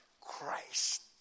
Christ